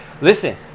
listen